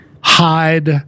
hide